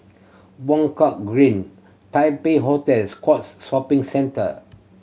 Buangkok Green Taipei Hotel Scotts Shopping Centre